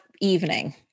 evening